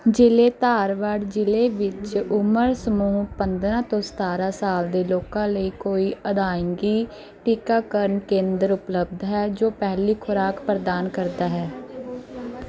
ਜ਼ਿਲ੍ਹੇ ਧਾਰਵਾੜ ਜ਼ਿਲ੍ਹੇ ਵਿੱਚ ਉਮਰ ਸਮੂਹ ਪੰਦਰ੍ਹਾਂ ਤੋਂ ਸਤਾਰ੍ਹਾਂ ਸਾਲ ਦੇ ਲੋਕਾਂ ਲਈ ਕੋਈ ਅਦਾਇਗੀ ਟੀਕਾਕਰਨ ਕੇਂਦਰ ਉਪਲਬਧ ਹੈ ਜੋ ਪਹਿਲੀ ਖੁਰਾਕ ਪ੍ਰਦਾਨ ਕਰਦਾ ਹੈ